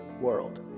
world